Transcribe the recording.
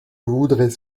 voudrais